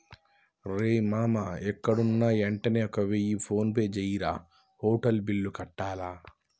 రేయ్ మామా ఎక్కడున్నా యెంటనే ఒక వెయ్య ఫోన్పే జెయ్యిరా, హోటల్ బిల్లు కట్టాల